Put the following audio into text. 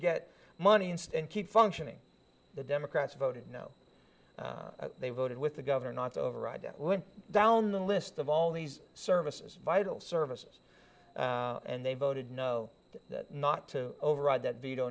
get money instead keep functioning the democrats voted no they voted with the governor not to override them went down the list of all these services vital services and they voted no not to override that veto